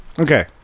Okay